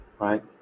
right